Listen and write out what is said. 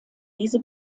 diese